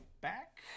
back